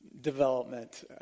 development